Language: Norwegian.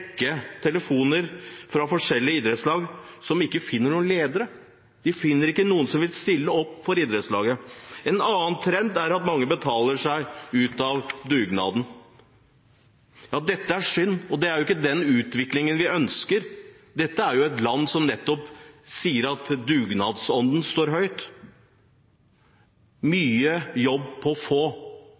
rekke telefoner fra forskjellige idrettslag som ikke finner noen ledere. De finner ikke noen som vil stille opp for idrettslaget. En annen trend er at mange betaler seg ut av dugnaden. Dette er synd, og det er ikke den utviklingen vi ønsker. Dette er jo et land som nettopp sier at dugnadsånden står høyt i kurs. Mye jobb for få!